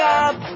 up